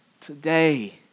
Today